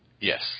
Yes